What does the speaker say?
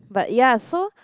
but ya so